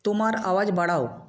তোমার আওয়াজ বাড়াও